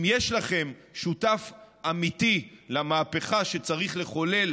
אם יש לכם שותף אמיתי למהפכה שצריך לחולל